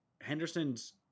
Henderson's